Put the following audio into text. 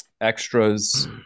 extras